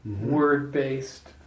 word-based